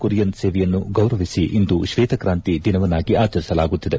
ಕುರಿಯನ್ ಸೇವೆಯನ್ನು ಗೌರವಿಸಿ ಇಂದು ಶ್ವೇತಕ್ರಾಂತಿ ದಿನವನ್ನಾಗಿ ಆಚರಿಸಲಾಗುತ್ತಿದೆ